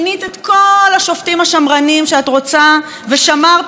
שאת רוצה ושמרת על כל ההתנחלויות במקומן.